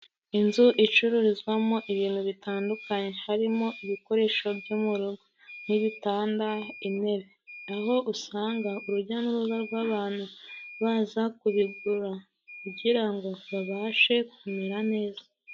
Inzu icururizwamo ibintu bitandukanye, harimo ibikoresho byo mu rugo: nk'ibitanda, intebe, aho usanga urujya n'uruza rw'abantu baza kubigura kugira ngo babashe kumera neza.